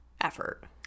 effort